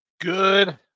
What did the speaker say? good